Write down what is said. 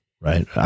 right